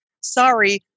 Sorry